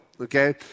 Okay